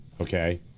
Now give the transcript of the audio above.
okay